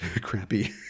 crappy